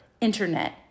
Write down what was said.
internet